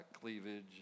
cleavage